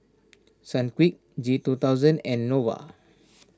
Sunquick G two thousand and Nova